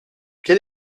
quel